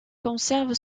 conserve